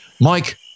Mike